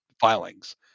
filings